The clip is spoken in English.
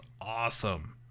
awesome